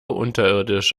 unterirdisch